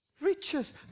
riches